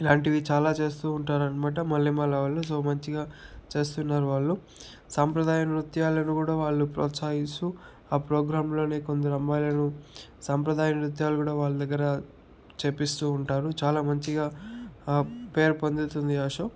ఇట్లాంటివి చాలా చేస్తూ ఉంటారు అనమాట మల్లెమాల వాళ్లు సో మంచిగా చేస్తున్నారు వాళ్ళు సంప్రదాయ నృత్యాలను కూడా వాళ్ళు ప్రోత్సహిస్తూ ఆ ప్రోగ్రాంలోని కొందరు అమ్మాయిలను సాంప్రదాయ నృత్యాలు కూడా వాళ్ళ దగ్గర చేయిస్తూ ఉంటారు చాలా మంచిగా పేరు పొందుతుంది ఆ షో